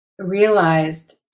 realized